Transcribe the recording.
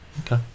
Okay